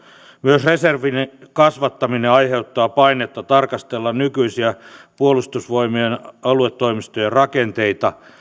myös reservin kasvattaminen aiheuttaa painetta tarkastella nykyisiä puolustusvoimien aluetoimistojen rakenteita